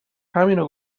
همینو